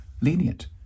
lenient